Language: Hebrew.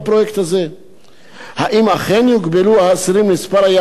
האם אכן יוגבלו האסירים במספר היעדים שהם יוכלו להתקשר אליהם?